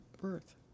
birth